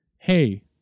Hey